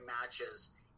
matches